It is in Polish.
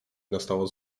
nastało